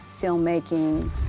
filmmaking